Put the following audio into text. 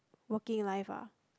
working life ah